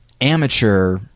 amateur